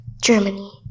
germany